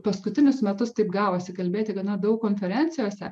paskutinius metus taip gavosi kalbėti gana daug konferencijose